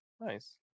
nice